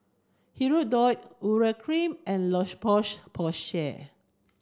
Hirudoid Urea Cream and La Poche Porsay